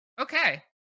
okay